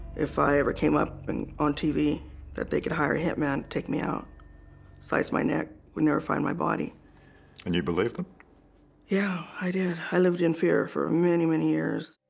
if i ever came up and on tv that they could hire a hitman take me out sliced my neck would never find my body and you believed them yeah, i did. i lived in fear for many many years